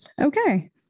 Okay